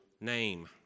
name